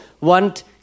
want